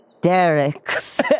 Derek's